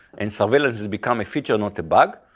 and surveillance has become a feature, not a bug.